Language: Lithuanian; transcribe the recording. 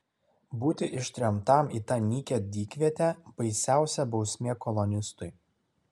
būti ištremtam į tą nykią dykvietę baisiausia bausmė kolonistui